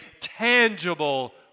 tangible